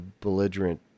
belligerent